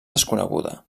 desconeguda